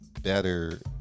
better